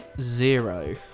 Zero